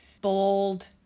bold